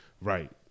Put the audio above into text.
Right